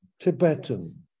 Tibetan